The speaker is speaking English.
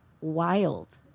wild